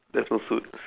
that's no suit